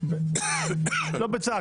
לא בצער,